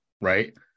right